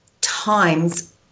times